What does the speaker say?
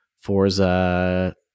Forza